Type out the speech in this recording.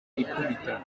ikubita